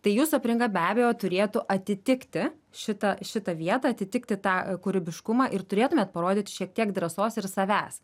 tai jūsų apringa be abejo turėtų atitikti šitą šitą vietą atitikti tą kūrybiškumą ir turėtumėt parodyt šiek tiek drąsos ir savęs